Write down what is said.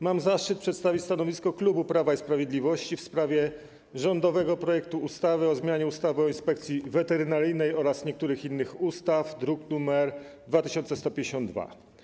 Mam zaszczyt przedstawić stanowisko klubu Prawa i Sprawiedliwości w sprawie rządowego projektu ustawy o zmianie ustawy o Inspekcji Weterynaryjnej oraz niektórych innych ustaw, druk nr 2152.